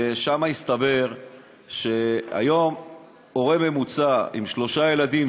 ושם הסתבר שהיום הורה ממוצע עם שלושה ילדים,